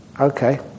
Okay